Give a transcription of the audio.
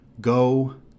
go